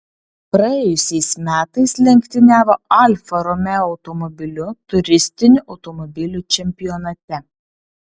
praėjusiais metais lenktyniavo alfa romeo automobiliu turistinių automobilių čempionate